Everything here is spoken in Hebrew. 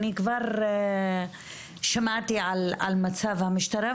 אני כבר שמעתי על מצב המשטרה,